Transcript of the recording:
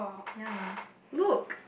ya look